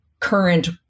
current